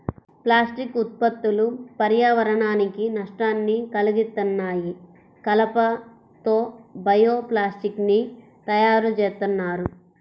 plastic ఉత్పత్తులు పర్యావరణానికి నష్టాన్ని కల్గిత్తన్నాయి, కలప తో బయో ప్లాస్టిక్ ని తయ్యారుజేత్తన్నారు